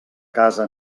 casa